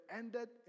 ended